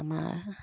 আমাৰ